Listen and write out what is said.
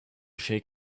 shake